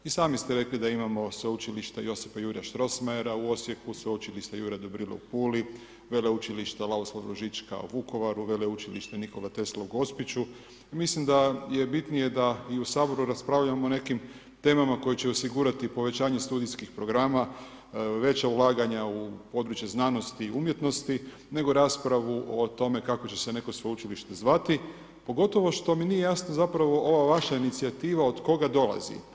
I sami ste rekli da da imamo Sveučilište Josipa Juraja Strossmayera u Osijeku, Sveučilište Juraj Dobrila u Puli, Veleučilišta Lavoslav Ružička u Vukovaru, Veleučilište Nikola Tesla u Gospiću i mislim da je bitnije da i u Saboru raspravljamo o nekim temama koje će osigurati povećanje studijskih programa, veća ulaganja u područje znanosti i umjetnosti nego raspravu o tome kako će se neko sveučilište zvati, pogotovo što mi nije jasno ova vaša inicijativa od koga dolazi.